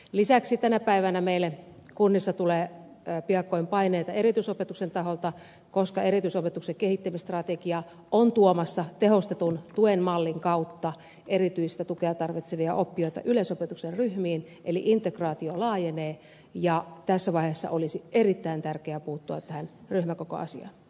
lisäksi tänä päivänä meille kunnissa tulee piakkoin paineita erityisopetuksen taholta koska erityisopetuksen kehittämisstrategia on tuomassa tehostetun tuen mallin kautta erityistä tukea tarvitsevia oppilaita yleisopetuksen ryhmiin eli integraatio laajenee ja tässä vaiheessa olisi erittäin tärkeää puuttua tähän ryhmäkokoasiaan